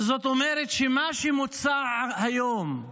זאת אומרת, מה שמוצע היום,